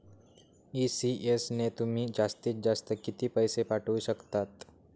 ECS ने तुम्ही जास्तीत जास्त किती पैसे पाठवू शकतात?